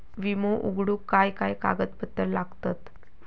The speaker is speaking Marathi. विमो उघडूक काय काय कागदपत्र लागतत?